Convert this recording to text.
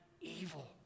evil